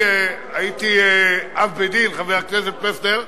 הייתי אב בית-דין, חבר הכנסת פלסנר,